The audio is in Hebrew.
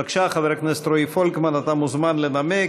בבקשה, חבר הכנסת רועי פולקמן, אתה מוזמן לנמק.